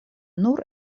nur